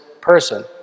person